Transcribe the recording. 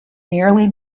nearly